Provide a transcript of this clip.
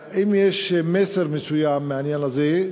אם יש מסר מסוים מהעניין הזה,